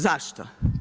Zašto?